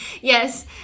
Yes